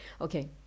okay